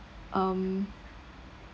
um